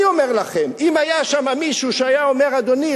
אני אומר לכם שאם היה שם מישהו שהיה אומר: אדוני,